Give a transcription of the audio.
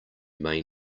may